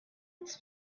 its